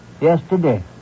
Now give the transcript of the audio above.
yesterday